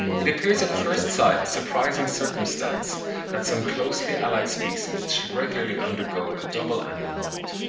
it appears at first sight a surprising circumstance that some closely-allied species should regularly undergo a double annual moult,